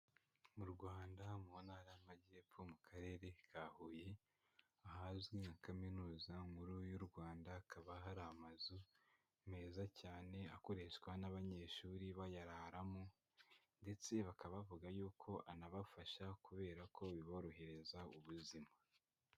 Mu Rwanda, mu ntara y'Amajyepfo, mu karere ka Huye, ahazwi nka Kaminuza nkuru y'u Rwanda, hakaba hari amazu meza cyane akoreshwa n'abanyeshuri bayararamo ndetse bakaba bavuga yuko anabafasha kubera ko biborohereza ubuzima.